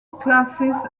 classes